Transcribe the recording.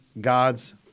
God's